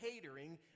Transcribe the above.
catering